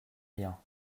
rien